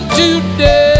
today